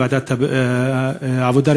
בוועדת העבודה,